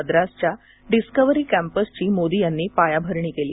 मद्रासच्या discovery कॅम्पसची मोदी यांनी पायाभरणी केली